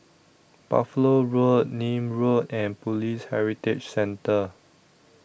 Buffalo Road Nim Road and Police Heritage Centre